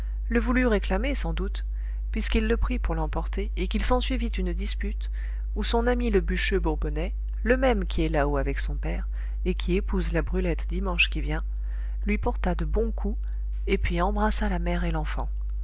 le voulut réclamer sans doute puisqu'il le prit pour l'emporter et qu'il s'ensuivit une dispute où son ami le bûcheux bourbonnais le même qui est là-haut avec son père et qui épouse la brulette dimanche qui vient lui porta de bons coups et puis embrassa la mère et l'enfant